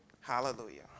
Hallelujah